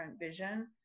vision